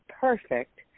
perfect